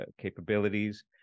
capabilities